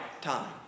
time